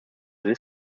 this